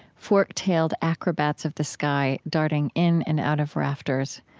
fork-tailed acrobats of the sky darting in and out of rafters,